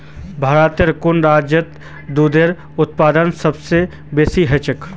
भारतेर कुन राज्यत दूधेर उत्पादन सबस बेसी ह छेक